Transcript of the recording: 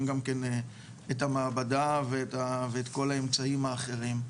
גם את המעבדה ואת כל האמצעים האחרים.